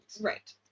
Right